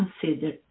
consider